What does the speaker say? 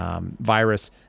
virus